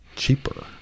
cheaper